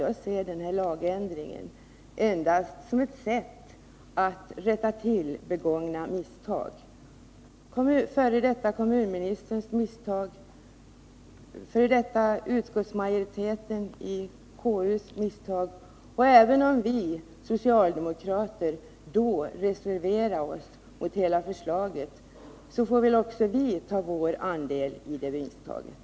Jag ser den här lagändringen endast som ett sätt att rätta till begångna misstag — f. d. kommunministerns misstag och f. d. utskottsmajoritetens i konstitutionsutskottet misstag, och även om vi socialdemokrater då reserverade oss mot hela förslaget, får väl också vi ta på oss vår andel i misstaget.